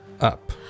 up